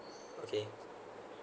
okay